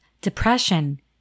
depression